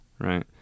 Right